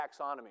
taxonomy